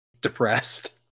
depressed